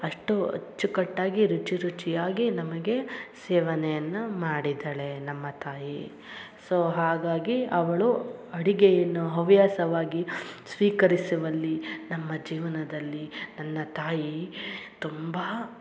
ಅಷ್ಟು ಅಚ್ಚುಕಟ್ಟಾಗಿ ರುಚಿ ರುಚಿಯಾಗಿ ನಮಗೆ ಸೇವನೆಯನ್ನ ಮಾಡಿದ್ದಾಳೆ ನಮ್ಮ ತಾಯಿ ಸೊ ಹಾಗಾಗಿ ಅವಳು ಅಡುಗೆಯನ್ನು ಹವ್ಯಾಸವಾಗಿ ಸ್ವೀಕರಿಸುವಲ್ಲಿ ನಮ್ಮ ಜೀವನದಲ್ಲಿ ನನ್ನ ತಾಯಿ ತುಂಬಾ